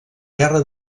guerra